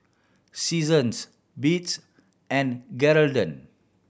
Seasons Beats and Geraldton